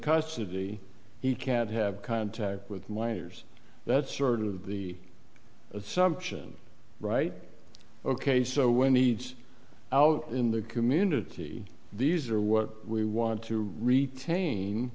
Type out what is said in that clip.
custody he can't have contact with minors that's sort of the assumption right ok so when he needs out in the community these are what we want to retain